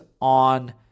on